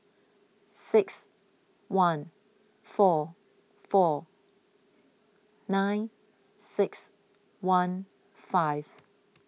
six one four four nine six one five